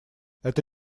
это